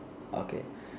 okay